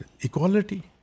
equality